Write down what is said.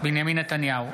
בנימין נתניהו,